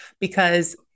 because-